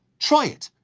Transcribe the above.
try it.